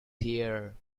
here